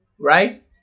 right